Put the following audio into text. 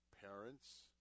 parents